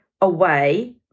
away